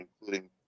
including